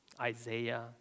Isaiah